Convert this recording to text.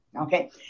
Okay